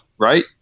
right